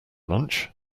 lunch